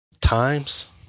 times